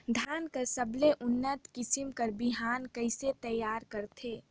धान कर सबले उन्नत किसम कर बिहान कइसे तियार करथे?